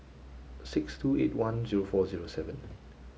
six two eight one zero four zero seven